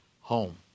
home